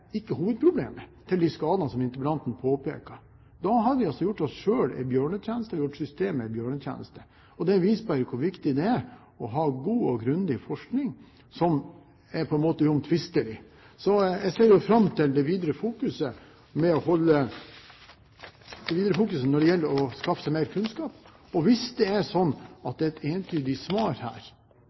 hovedproblemet til de skadene som interpellanten påpeker. Da har vi altså gjort oss selv og systemet en bjørnetjeneste. Det viser bare hvor viktig det er å ha god og grundig forskning som på en måte er uomtvistelig. Jeg ser fram til at det videre arbeidet med å skaffe mer kunnskap. Og hvis det er et entydig svar, som gjør at man skal fokusere enda mer på å ikke bruke det, er det selvfølgelig absolutt positivt. Utarmet uran er et